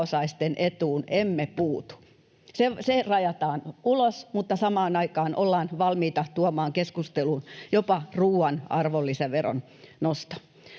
Se rajataan ulos, mutta samaan aikaan ollaan valmiita tuomaan keskusteluun jopa ruuan arvonlisäveron nosto.